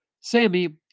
Sammy